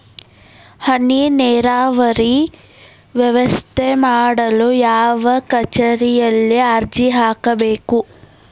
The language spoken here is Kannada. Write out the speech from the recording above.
ಹನಿ ನೇರಾವರಿ ವ್ಯವಸ್ಥೆ ಮಾಡಲು ಯಾವ ಕಚೇರಿಯಲ್ಲಿ ಅರ್ಜಿ ಹಾಕಬೇಕು?